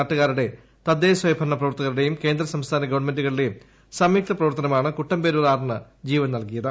നാട്ടുകാരുടെ തദ്ദേശസ്വയംഭരണ പ്രവർത്തകരുടെയും കേന്ദ്ര സംസ്ഥാന ഗവൺമെൻുകളുടെയും സംയുക്ത പ്രവർത്തനമാണ് കൂട്ടം പേരൂർ ആറിന് ജീവൻ നൽകിയത്